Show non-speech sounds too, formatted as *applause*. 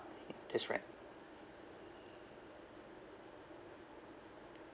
*noise* that's right